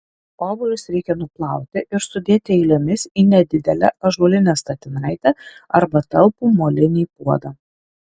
obuolius reikia nuplauti ir sudėti eilėmis į nedidelę ąžuolinę statinaitę arba talpų molinį puodą